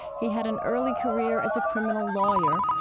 he had an early career as a criminal lawyer.